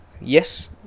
yes